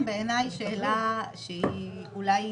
בעיניי יש שאלה שהיא אולי משפטית,